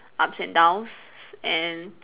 ups and downs and